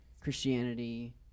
Christianity